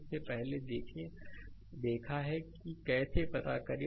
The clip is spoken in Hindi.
इससे पहले देखा है कि कैसे पता करें